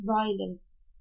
violence